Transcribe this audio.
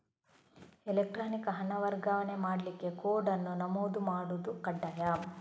electronic ಹಣ ವರ್ಗಾವಣೆ ಮಾಡ್ಲಿಕ್ಕೆ ಕೋಡ್ ಅನ್ನು ನಮೂದು ಮಾಡುದು ಕಡ್ಡಾಯ